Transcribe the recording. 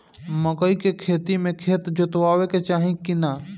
मकई के खेती मे खेत जोतावे के चाही किना?